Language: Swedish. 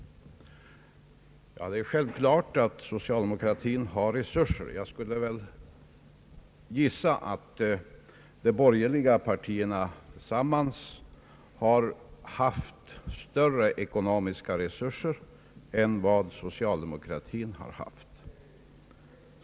Det är självklart att socialdemokratin har resurser, men jag skulle väl tro att de borgerliga partierna tillsammans har haft större ekonomiska resurser än socialdemokratin.